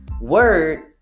word